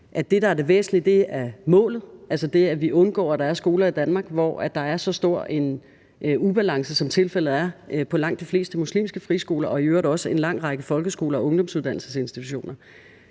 det væsentlige, er målet, altså det, at vi undgår, at der er skoler i Danmark, hvor der er så stor en ubalance, som tilfældet er på langt de fleste muslimske friskoler og i øvrigt også en lang række folkeskoler og ungdomsuddannelsesinstitutioner.